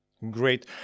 Great